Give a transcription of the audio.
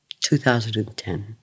2010